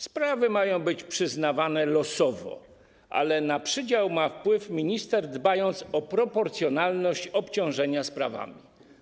Sprawy mają być przyznawane losowo, ale na przydział ma wpływ minister, dbając o proporcjonalność obciążenia sprawami.